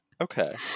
Okay